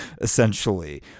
essentially